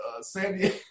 Sandy